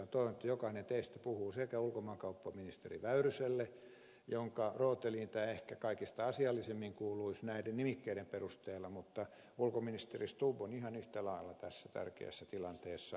toivon että jokainen teistä puhuu sekä ulkomaankauppaministeri väyryselle jonka rooteliin tämä ehkä kaikista asiallisimmin kuuluisi näiden nimikkeiden perusteella että ulkoministeri stubbille joka on ihan yhtä lailla tässä tärkeässä tilanteessa